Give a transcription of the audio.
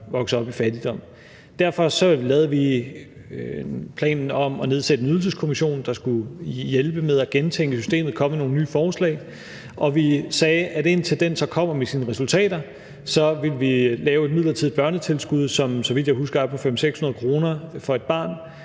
børn vokser op i fattigdom. Derfor lavede vi planen om at nedsætte en Ydelseskommission, der skulle hjælpe med at gentænke systemet og komme med nogle nye forslag, og vi sagde, at indtil den så kommer med sine resultater, vil vi lave et midlertidigt børnetilskud, som – så vidt jeg husker – er på 500-600 kr. for et barn,